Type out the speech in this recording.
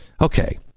Okay